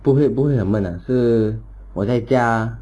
不会不会很闷 ah so 我在家